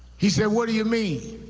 he said, what do you mean?